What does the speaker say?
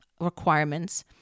requirements